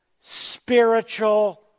spiritual